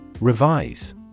Revise